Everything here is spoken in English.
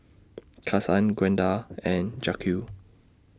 Kasen Gwenda and Jacque